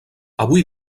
avui